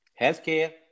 healthcare